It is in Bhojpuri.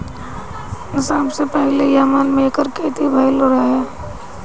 सबसे पहिले यमन में एकर खेती भइल रहे